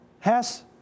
Hess